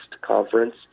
conference